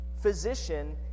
physician